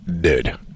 dude